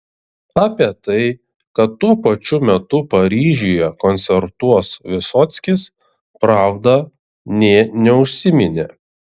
apie tai kad tuo pačiu metu paryžiuje koncertuos vysockis pravda nė neužsiminė